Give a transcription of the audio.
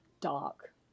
dark